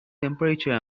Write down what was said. temperature